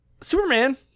Superman